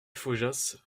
faujas